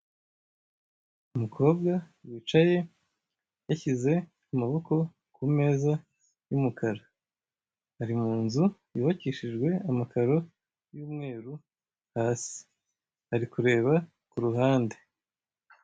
Umukobwa wicaye yashyize amaboko kumeza y'umukara, ari munzu yubakishijwe amakaro y'umweru hasi ari kureba kuruhande.